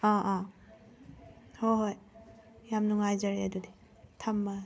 ꯍꯣꯏ ꯍꯣꯏ ꯌꯥꯝ ꯅꯨꯡꯉꯥꯏꯖꯔꯦ ꯑꯗꯨꯗꯤ ꯊꯝꯃꯦ